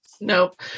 Nope